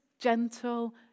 gentle